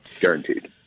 Guaranteed